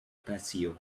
patio